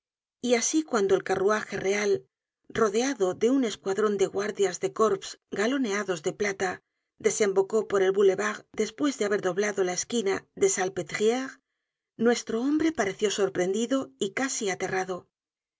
y asi cuando el carruaje real rodeado de un escuadron de guardias de corps galoneados de plata desembocó por el boulevard despues de haber doblado la esquina de la salpetriere nuestro hombre pareció sorprendido y casi aterrado